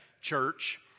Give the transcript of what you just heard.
church